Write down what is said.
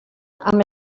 amb